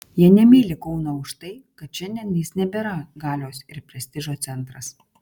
jie nemyli kauno už tai kad šiandien jis nebėra galios ir prestižo centras